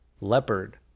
leopard